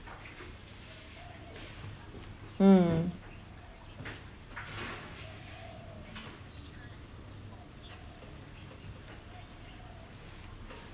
mm